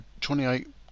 28